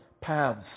paths